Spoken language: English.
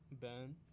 Ben